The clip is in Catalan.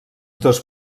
dos